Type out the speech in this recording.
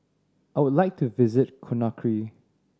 I would like to visit Conakry